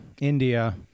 India